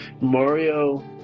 Mario